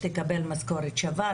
תקבל משכורת שווה,